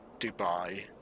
Dubai